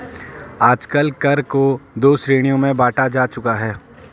आजकल कर को दो श्रेणियों में बांटा जा चुका है